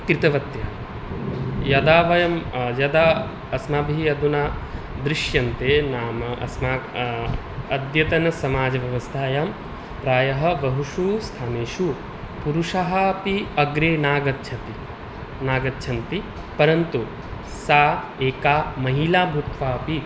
कृतवती यदा वयं यदा अस्माभिः अधुना दृश्यन्ते नाम अस्माक् अद्यतनसमाजव्यवस्थायां प्रायः बहुषु स्थानेषु पुरुषाः अपि अग्रे नागच्छति नागच्छन्ति परन्तु सा एका महिला भूत्वा अपि